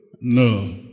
No